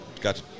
got